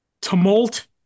tumult